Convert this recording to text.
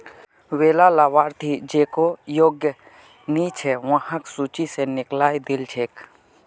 वैला लाभार्थि जेको योग्य नइ छ वहाक सूची स निकलइ दिल छेक